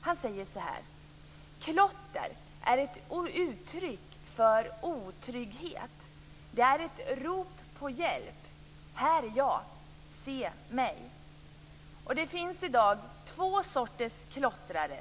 Han säger så här: Klotter är ett uttryck för otrygghet. Det är också ett rop på hjälp - här är jag, se mig! Det finns i dag två sorters klottrare.